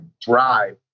drive